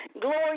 Glory